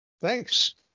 Thanks